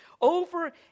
Over